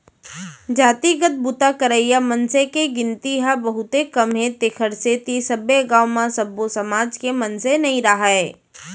जातिगत बूता करइया मनसे के गिनती ह बहुते कम हे तेखर सेती सब्बे गाँव म सब्बो समाज के मनसे नइ राहय